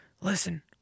Listen